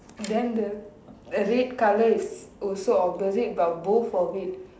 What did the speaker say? then the the red colour is also opposite but both of it